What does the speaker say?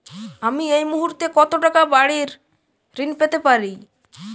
আমি এই মুহূর্তে কত টাকা বাড়ীর ঋণ পেতে পারি?